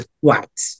white